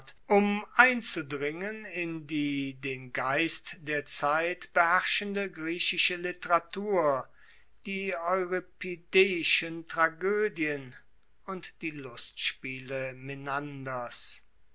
um einzudringen in die den geist der zeit beherrschende griechische literatur die euripideischen tragoedien und die lustspiele menanders